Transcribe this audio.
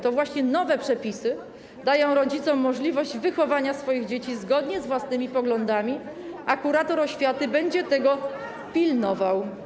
To właśnie nowe przepisy dają rodzicom możliwość wychowania swoich dzieci zgodnie z własnymi poglądami, a kurator oświaty będzie tego pilnował.